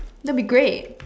that'll be great